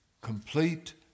complete